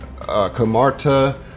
Comarta